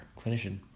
clinician